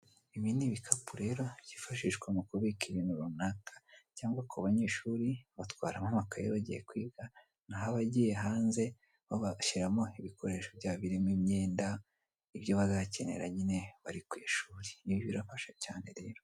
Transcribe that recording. Ibi ni ibikapu rero byifashishwa mu kubika ibintu runaka, cyangwa ku banyeshuri, batwaramo amakayi bagiye kwiga, naho abagiye ahanze, bo bashyiramo ibikoresho byabo nk'imyenda, ibyo bazakenera nyine bari ku ishuri. Ibi birafasha cyane rero.